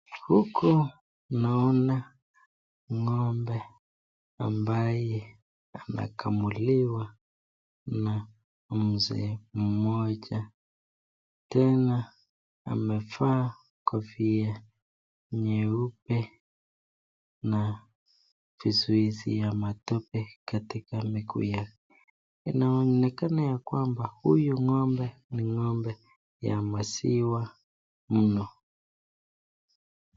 Huku naona ng'ombe ambaye amekamuliwa na mzee mmoja. Tena amevaa kofia nyeupe na vizuizi ya matope katika miguu yake. Inaonekana kwamba huyu ng'ombe ni ng'ombe ya maziwa mno.